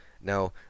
Now